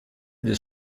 des